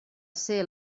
ser